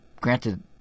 granted